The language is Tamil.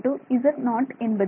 z z0 என்பது